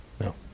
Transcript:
No